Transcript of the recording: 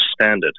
standard